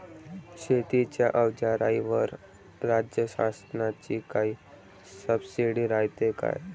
शेतीच्या अवजाराईवर राज्य शासनाची काई सबसीडी रायते का?